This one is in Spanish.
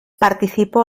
participó